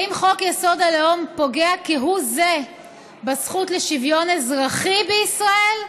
האם חוק-יסוד: הלאום פוגע כהוא זה בזכות לשוויון אזרחי בישראל?